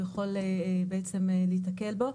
הוא יכול בעצם להיתקל בו,